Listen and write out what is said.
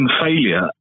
failure